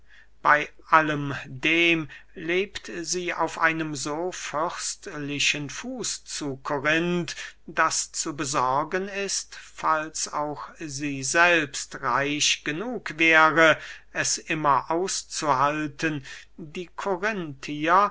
bey allem dem lebt sie auf einem so fürstlichen fuß zu korinth daß zu besorgen ist falls auch sie selbst reich genug wäre es immer auszuhalten die korinthier